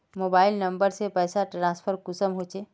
Mobile number से पैसा transfer कुंसम होचे?